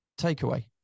takeaway